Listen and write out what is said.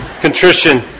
contrition